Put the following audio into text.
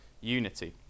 unity